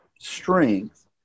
strength